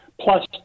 plus